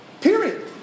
Period